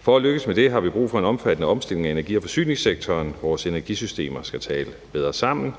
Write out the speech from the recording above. For at lykkes med det har vi brug for en omfattende omstilling af energi- og forsyningssektoren. Vores energisystemer skal tale bedre sammen,